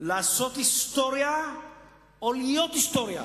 לעשות היסטוריה או להיות היסטוריה: